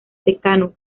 secano